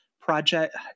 project